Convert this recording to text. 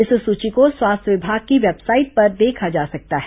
इस सूची को स्वास्थ्य विभाग की वेबसाइट पर देखा जा सकता है